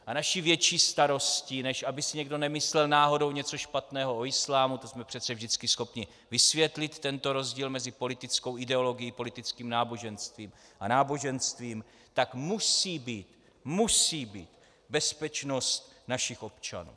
A naší větší starostí, než aby si někdo nemyslel náhodou něco špatného o islámu, to jsme přece vždycky schopni vysvětlit, tento rozdíl mezi politickou ideologií, politickým náboženstvím a náboženstvím, tak musí být musí být! bezpečnost našich občanů.